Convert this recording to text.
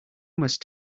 must